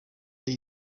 y’i